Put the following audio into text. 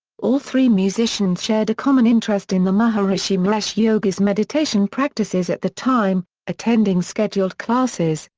all three musicians shared a common interest in the maharishi mahesh yogi's meditation practices at the time, attending scheduled classes,